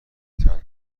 تنها